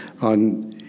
on